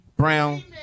Brown